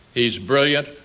he's brilliant,